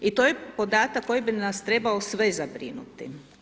I to je podatak koji bi nas trebao sve zabrinuti.